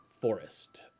forest